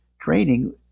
training